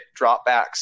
dropbacks